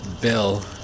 Bill